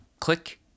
Click